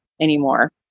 anymore